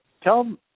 tell